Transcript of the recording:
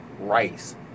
rice